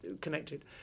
connected